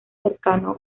cercano